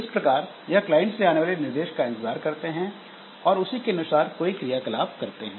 इस प्रकार यह क्लाइंट से आने वाले निर्देश का इंतजार करते हैं और उसी के अनुसार कोई क्रियाकलाप करते हैं